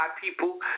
people